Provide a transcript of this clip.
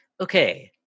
Okay